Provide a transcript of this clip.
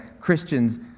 Christians